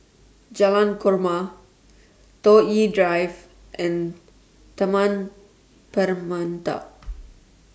Jalan Korma Toh Yi Drive and Taman Permata